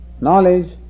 knowledge